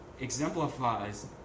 exemplifies